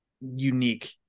unique